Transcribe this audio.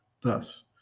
Thus